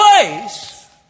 place